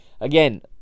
Again